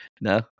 No